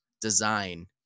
design